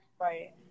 Right